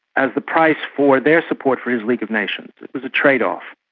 as the price for their support for his league of nations. it was a trade-off,